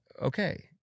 okay